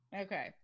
Okay